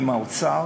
עם האוצר